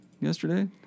yesterday